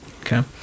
Okay